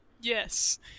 Yes